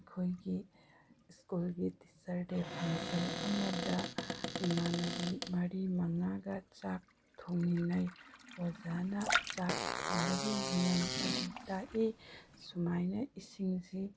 ꯑꯩꯈꯣꯏꯒꯤ ꯁ꯭ꯀꯨꯜꯒꯤ teacher day ꯐꯪꯁꯟ ꯑꯃꯗ ꯏꯃꯥꯟꯅꯕꯤ ꯃꯔꯤ ꯃꯉꯥꯒ ꯆꯥꯛ ꯊꯣꯡꯃꯤꯟꯅꯩ ꯑꯣꯖꯥꯅ ꯆꯥꯛ ꯊꯣꯡꯕꯒꯤ ꯅꯤꯌꯝ ꯑꯗꯨ ꯇꯥꯛꯏ ꯁꯨꯃꯥꯏꯅ ꯏꯁꯤꯡꯁꯤ